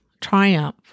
triumph